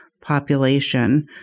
population